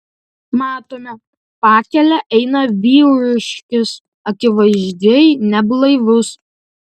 matome pakele eina vyriškis akivaizdžiai neblaivus